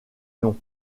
noms